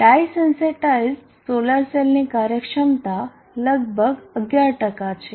ડાય sensitized solar સેલની કાર્યક્ષમતા લગભગ 11 છે